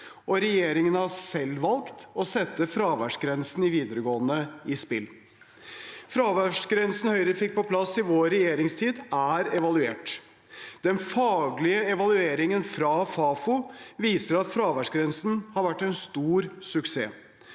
Regjeringen har selv valgt å sette fraværsgrensen i videregående i spill. Fraværsgrensen vi i Høyre fikk på plass i vår regjeringstid, er evaluert. Den faglige evalueringen fra Fafo viser at fraværsgrensen har vært en stor suksess.